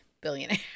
billionaire